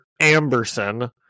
Amberson